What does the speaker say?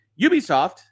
Ubisoft